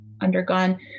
undergone